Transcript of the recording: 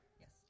Yes